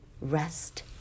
rest